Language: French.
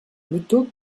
plutôt